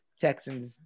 Texans